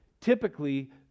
typically